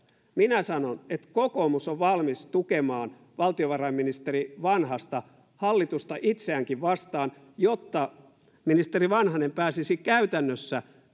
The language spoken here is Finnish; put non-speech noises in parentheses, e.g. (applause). minä sanon että kokoomus on valmis tukemaan valtiovarainministeri vanhasta hallitusta itseäänkin vastaan jotta ministeri vanhanen pääsisi käytännössä (unintelligible)